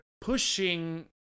pushing